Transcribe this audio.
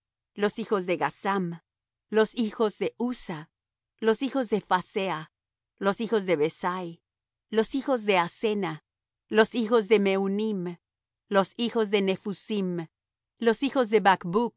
los hijos de gazam los hijos de uzza los hijos de phasea los hijos de besai los hijos de asena los hijos de meunim los hijos de nephusim los hijos de bacbuc